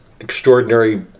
extraordinary